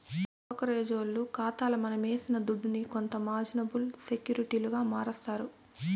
బ్రోకరేజోల్లు కాతాల మనమేసిన దుడ్డుని కొంత మార్జినబుల్ సెక్యూరిటీలుగా మారస్తారు